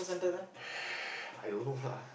I don't know lah